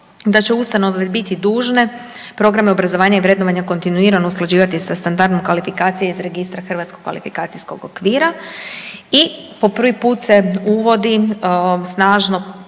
da će ustanove biti dužne programe obrazovanja i vrednovanja kontinuirano usklađivati sa standardom kvalifikacije iz registra HKO-a i po prvi put se uvodi snažno